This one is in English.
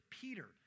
Peter